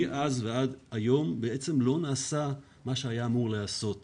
מאז ועד היום בעצם לא נעשה מה שהיה אמור להיעשות